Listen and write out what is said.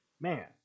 man